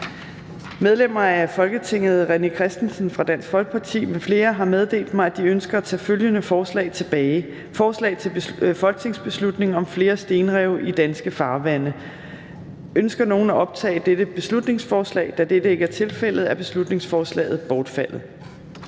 Medlemmer af Folketinget René Christensen (DF) m.fl. har meddelt mig, at de ønsker at tage følgende forslag tilbage: Forslag til folketingsbeslutning om flere stenrev i danske farvande. (Beslutningsforslag nr. B 22). Ønsker nogen at optage dette beslutningsforslag? Da det ikke er tilfældet, er beslutningsforslaget bortfaldet.